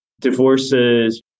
divorces